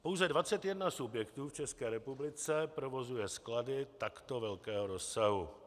Pouze 21 subjektů v České republice provozuje sklady takto velkého rozsahu.